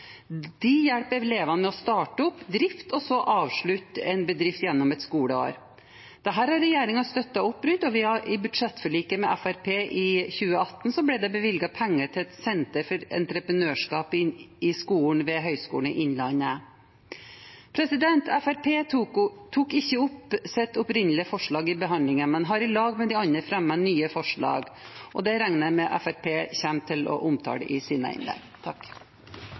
De hjelper elever med å starte opp, drifte og så avslutte en bedrift gjennom et skoleår. Dette har regjeringen støttet opp om, og i budsjettforliket med Fremskrittspartiet for 2018 ble det bevilget penger til et senter for entreprenørskap i skolen ved Høgskolen i Innlandet. Fremskrittspartiet tok ikke opp sitt opprinnelige forslag under behandlingen, men har i lag med andre fremmet nye forslag. Det regner jeg med Fremskrittspartiet kommer til å omtale i sine innlegg.